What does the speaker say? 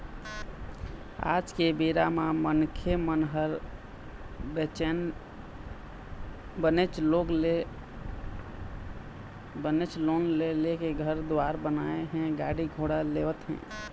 आज के बेरा म मनखे मन ह बनेच लोन ले लेके घर दुवार बनावत हे गाड़ी घोड़ा लेवत हें